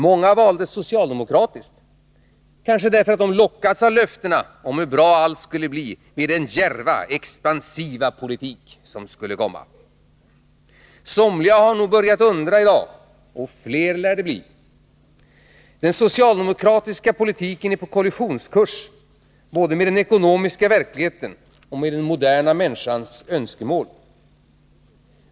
Många valde socialdemokratiskt — kanske därför att de lockades av löftena om hur bra allt skulle bli med den ”djärva expansiva politik” som skulle komma. Somliga har nog börjat undra i dag, och fler lär det bli. Den socialdemokratiska politiken är på kollisionskurs både med den ekonomiska verkligheten och med den moderna människans önskemål.